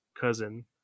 cousin